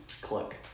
click